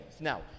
Now